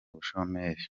ubushomeri